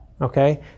Okay